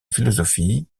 philosophie